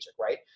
right